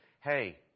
hey